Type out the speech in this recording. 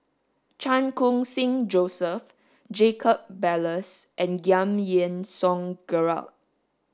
Chan Khun Sing Joseph Jacob Ballas and Giam Yean Song Gerald